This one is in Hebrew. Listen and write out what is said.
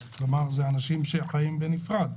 כלומר אלה אנשים שחיים בנפרד,